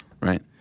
Right